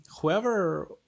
whoever